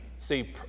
See